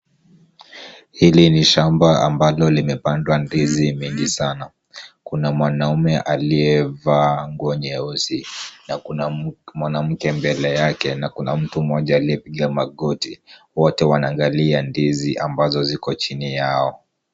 Hili ni shamba ambalo limepandwa ndizi mingi sana. Kuna mwanaume aliyevaa nguo nyeusi na kuna mwanamke mbele yake na kuna mtu mmoja aliyepiga magoti. Wate wanaangalia ndizi ambazo ziko chini yao.